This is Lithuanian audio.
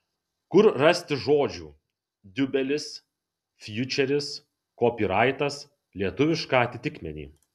kur rasti žodžių diubelis fjučeris kopyraitas lietuvišką atitikmenį